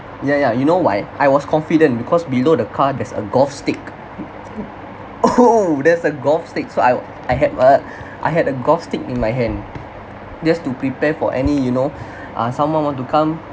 ya ya you know why I was confident because below the car there's a golf stick oh [ho] there's a golf stick so I'd I had a I had a golf stick in my hand just to prepare for any you know uh someone want to come